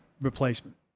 replacement